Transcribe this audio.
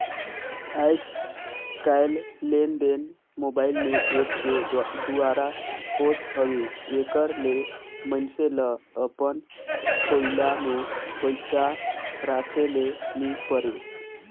आएज काएललेनदेन मोबाईल में ऐप के दुवारा होत हवे एकर ले मइनसे ल अपन थोइला में पइसा राखे ले नी परे